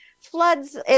floods